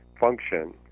function